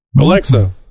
Alexa